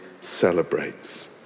celebrates